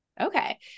Okay